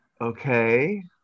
okay